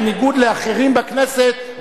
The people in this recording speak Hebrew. בניגוד לאחרים בכנסת,